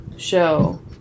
show